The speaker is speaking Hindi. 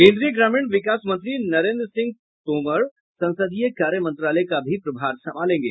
केंद्रीय ग्रामीण विकास मंत्री नरेंद्र सिंह तोमर संसदीय कार्य मंत्रालय का भी प्रभार संभालेंगे